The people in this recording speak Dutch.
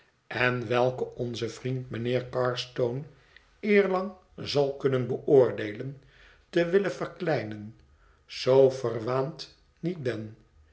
en welke onze vriend mijnheer carstono eerlang zal kunnen beoordeelen te willen verkleinen zoo verwaand niet ben